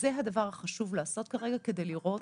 זה הדבר החשוב לעשות כרגע כדי לראות,